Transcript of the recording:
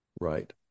right